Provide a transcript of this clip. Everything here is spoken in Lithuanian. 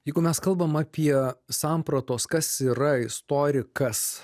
jeigu mes kalbam apie sampratos kas yra istorikas